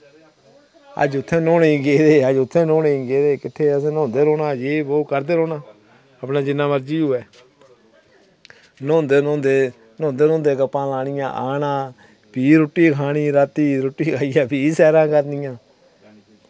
अज्ज इत्थै न्हौने गी गे अज्ज उत्थै न्हौने गी किट्ठे यह वो करदे रौह्ना अगला जिन्ना मर्जी होऐ न्हौंदे न्हौंदे न्हौंदे न्हौंदे गप्पां लानियां आना भी रुट्टी खानी रातीं रुट्टी खाइयै भी सैरां करनियां